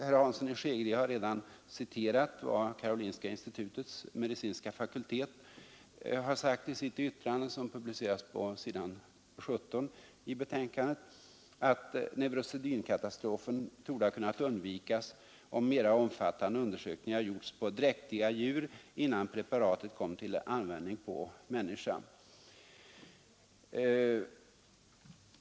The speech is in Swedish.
Herr Hansson i Skegrie har redan citerat vad Karolinska institutets medicinska fakultet har sagt i sitt yttrande, som publiceras på s. 17 i betänkandet. Där står att ”neurosedynkatastrofen torde ha kunnat undvikas om mera omfattande undersökningar gjorts på dräktiga djur innan preparatet kom till klinisk användning på människa”.